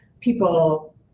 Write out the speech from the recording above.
people